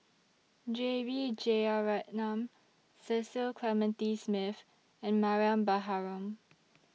J B Jeyaretnam Cecil Clementi Smith and Mariam Baharom